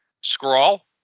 scrawl